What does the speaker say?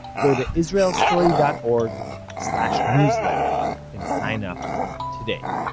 go to israelstory dot org slash newsletter and sign up today